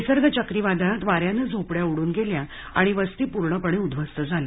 निसर्ग चक्रीवादळात वाऱ्यानं झोपड्या उडून गेल्या आणि वस्ती पूर्णपणे उद्ध्वस्त झाली